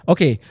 Okay